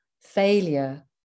failure